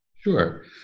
Sure